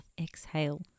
Exhale